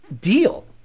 deal